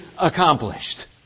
accomplished